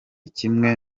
kimwe